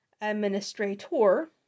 administrator